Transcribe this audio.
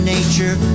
Nature